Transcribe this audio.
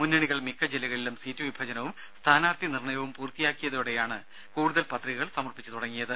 മുന്നണികൾ മിക്ക ജില്ലകളിലും സീറ്റ് വിഭജനവും സ്ഥാനാർത്ഥി നിർണയവും പൂർത്തിയാക്കിയതോടെയാണ് കൂടുതൽ പത്രികകൾ സമർപ്പിച്ചു തുടങ്ങിയത്